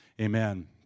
Amen